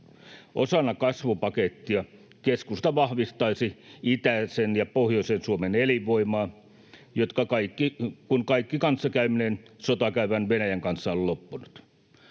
Osana kasvupakettia keskusta vahvistaisi itäisen ja pohjoisen Suomen elinvoimaa, kun kaikki kanssakäyminen sotaa käyvän Venäjän kanssa on loppunut.